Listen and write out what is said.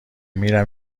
میرم